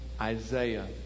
Isaiah